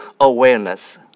awareness